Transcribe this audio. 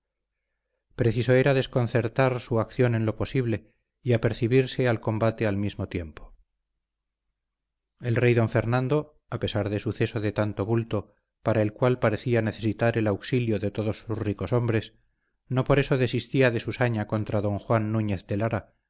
preciso era desconcertar su acción en lo posible y apercibirse al combate al mismo tiempo el rey don fernando a pesar de suceso de tanto bulto para el cual parecía necesitar el auxilio de todos sus ricos hombres no por eso desistía de su saña contra don juan núñez de lara